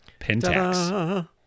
Pentax